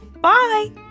Bye